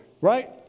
right